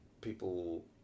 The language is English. people